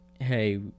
hey